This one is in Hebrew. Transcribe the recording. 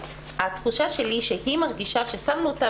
אז התחושה שלי הייתה שהיא מרגישה ששמנו אותה